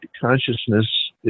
consciousness